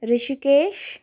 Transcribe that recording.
Rishikesh